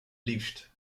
liefst